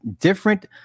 different